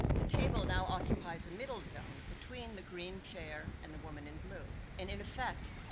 the table now occupies a middle zone between the green chair and the woman in blue and in effect,